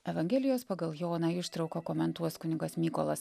evangelijos pagal joną ištrauką komentuos kunigas mykolas